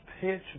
pitch